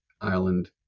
island